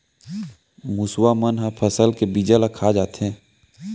मुसवा मन ह फसल के बीजा ल खा जाथे